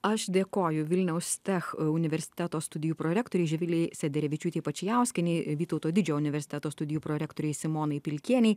aš dėkoju vilniaus tech universiteto studijų prorektorei živilei sederevičiūtei pačiauskienei vytauto didžiojo universiteto studijų prorektorei simonai pilkienei